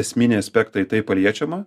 esminiai aspektai tai paliečiama